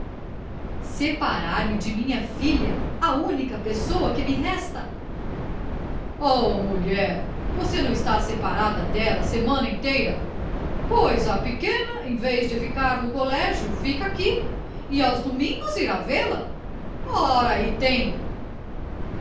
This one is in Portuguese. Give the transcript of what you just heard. separar-me de minha filha a única pessoa que me resta ó mulher você não está separada dela a semana inteira pois a pequena em vez de ficar no colégio fica aqui e aos domingos irá vê-la ora aí tem